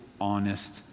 honest